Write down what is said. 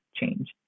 change